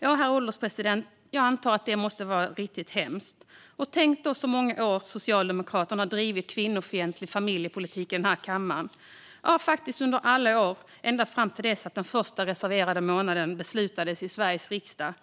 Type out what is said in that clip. Jag antar att detta måste vara riktigt hemskt, herr ålderspresident. Tänk så många år Socialdemokraterna har bedrivit kvinnofientlig familjepolitik i denna kammare - faktiskt under alla år ända fram till att det beslutades i Sveriges riksdag om den första reserverade månaden.